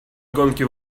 гонки